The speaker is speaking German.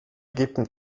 ägypten